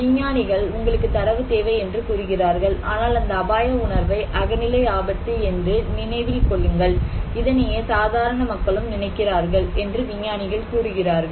விஞ்ஞானிகள் உங்களுக்கு தரவு தேவை என்று கூறுகிறார்கள் ஆனால் அந்த அபாய உணர்வை அகநிலை ஆபத்து என்று நினைவில் கொள்ளுங்கள் இதனையே சாதாரண மக்களும் நினைக்கிறார்கள் என்று விஞ்ஞானிகள் கூறுகிறார்கள்